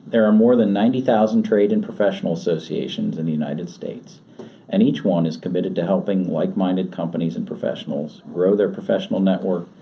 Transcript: there are more than ninety thousand trade and professional associations in the united states and each one is committed to helping like-minded companies and professionals grow their professional network,